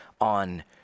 on